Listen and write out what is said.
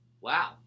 wow